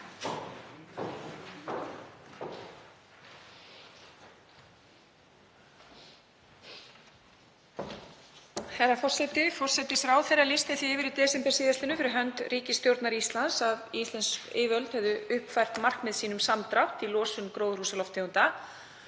Herra forseti. Forsætisráðherra lýsti því yfir í desember síðastliðnum fyrir hönd ríkisstjórnar Íslands að íslensk yfirvöld hefðu uppfært markmið sín um samdrátt í losun gróðurhúsalofttegunda.